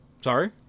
Sorry